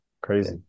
Crazy